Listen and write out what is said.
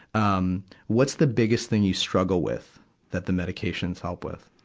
um what's the biggest thing you struggle with that the medications help with?